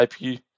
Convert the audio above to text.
IP